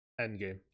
Endgame